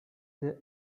this